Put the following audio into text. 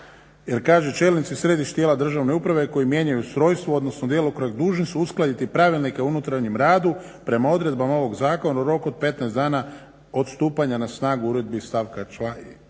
jer kaže čelnici središnjih tijela državne uprave koji mijenjaju ustrojstvo odnosno djelokrug dužni su uskladiti pravilnike o unutarnjem radu prema odredbama ovog Zakona u roku od 15 dana od stupanja na snagu uredbi iz stavka 1. ovoga